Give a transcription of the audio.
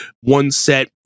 one-set